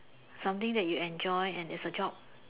something that you enjoy and as a job